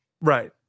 Right